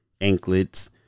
anklets